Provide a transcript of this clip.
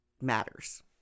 matters